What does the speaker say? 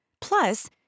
Plus